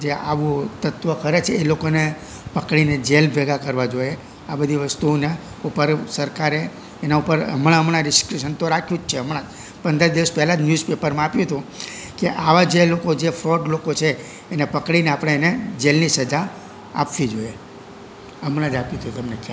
જે આવું તત્વ કરે છે એ લોકોને પકડીને જેલ ભેગા કરવા જોઈએ આ બધી વસ્તુઓના ઉપર સરકારે એના ઉપર હમણાં હમણાં રિસ્ટ્રિક્શન તો રાખ્યું જ છે હમણાં પંદર દિવસ પહેલા જ ન્યૂઝ પેપરમાં આપ્યુંતું કે આવા જે લોકો જે ફ્રોડ લોકો છે એને પકડીને આપણે એને જેલની સજા આપવી જોઈએ હમણા જ આપ્યું હતું